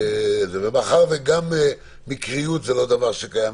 מאחר שגם מקריות זה לא דבר שקיים,